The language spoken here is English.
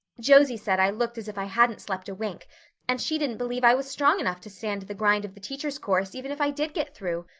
josie said i looked as if i hadn't slept a wink and she didn't believe i was strong enough to stand the grind of the teacher's course even if i did get through.